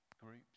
groups